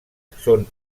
són